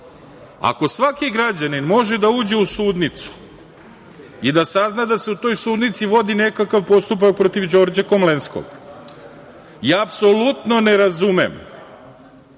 Ako svaki građanin može da uđe u sudnicu i da sazna da se u toj sudnici vodi nekakav postupak protiv Đorđa Komlenskog, ja apsolutno ne razumem